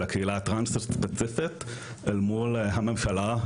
הקהילה הטרנסית ספציפית אל מול הממשלה,